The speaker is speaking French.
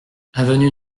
avenue